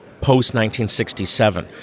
post-1967